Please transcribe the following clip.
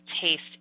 taste